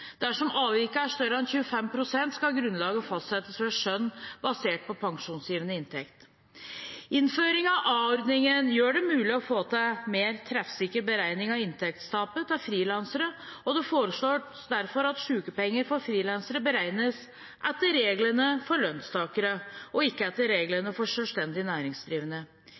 Dersom avviket er større enn 25 pst., skal grunnlaget fastsettes ved skjønn basert på pensjonsgivende inntekt. Innføringen av a-ordningen gjør det mulig å få til en mer treffsikker beregning av inntektstapet til frilansere, og det foreslås derfor at sykepenger for frilansere beregnes etter reglene for lønnstakere og ikke etter reglene for selvstendig næringsdrivende.